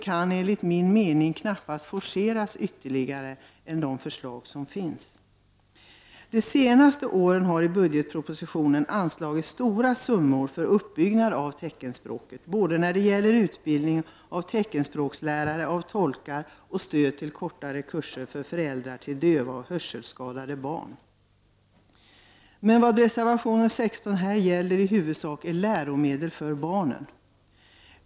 Men enligt min mening kan detta knappast forceras mer än som redan föreslagits. Under de senaste åren har det i enlighet med förslag i budgetpropositionen anslagits stora summor för uppbyggnad av teckenspråket, när det gäller såväl utbildning av teckenspråkslärare och tolkar som stöd till kortare kurser för föräldrar till döva och hörselskadade barn. Vad reservation 16 i huvudsak gäller är emellertid läromedel för barnen.